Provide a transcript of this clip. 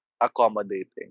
accommodating